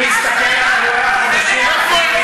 אני מסתכל על אירועי החודשים האחרונים,